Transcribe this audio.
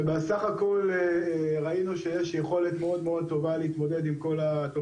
ובסך הכל ראינו שיש יכולת מאוד טובה להתמודד עם כל התופעה הזאת.